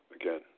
again